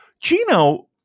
Gino